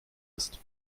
ist